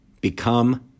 Become